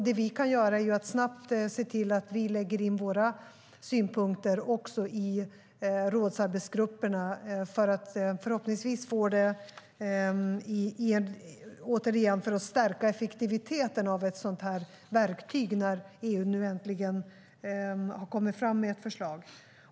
Det vi kan göra är att snabbt se till att lägga fram våra synpunkter i rådsarbetsgrupperna för att stärka effektiveten av ett sådant verktyg, nu när EU äntligen har kommit med ett förslag.